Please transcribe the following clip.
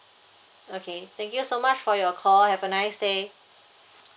okay thank you so much for your call have a nice day